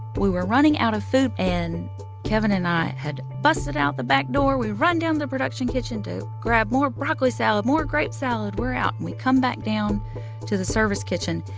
we were running out of food, and kevin and i had busted out the back door. we run down to the production kitchen to grab more broccoli salad, more grape salad. we're out. we come back down to the service kitchen,